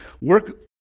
Work